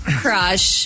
crush